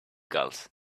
gulls